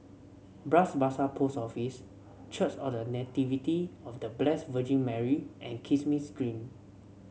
Bras Basah Post Office Church of The Nativity of The Blessed Virgin Mary and Kismis Green